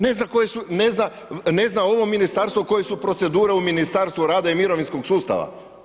Ne zna ovo ministarstvo koje su procedure u Ministarstvu rada i mirovinskog sustava.